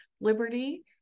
liberty